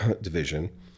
division